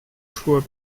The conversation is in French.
choix